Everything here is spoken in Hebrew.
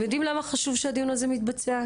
זו הסיבה שחשוב שהדיון הזה יתבצע.